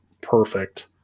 perfect